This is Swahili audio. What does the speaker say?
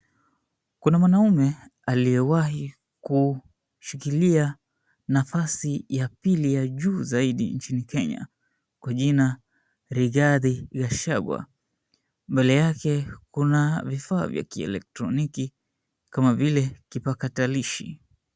Kuna mwanaume aliyewahi kushikilia nafasi ya pili ya juu zaidi nchini Kenya, kwa jina Rigathi Gachagua. Mbele yake kuna vifaa vya kielektroniki kama vile kipakatalishi.